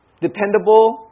dependable